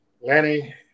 Lanny